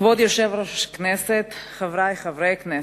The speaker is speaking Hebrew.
כבוד היושב-ראש, חברי חברי הכנסת,